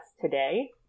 today